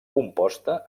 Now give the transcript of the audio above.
composta